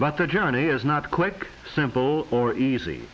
but the journey is not quick simple or easy